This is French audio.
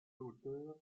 sauteur